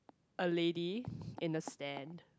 a lady in the stand